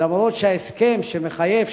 אף-על-פי שההסכם שמחייב,